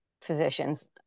physicians